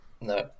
No